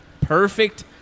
perfect